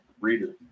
Reader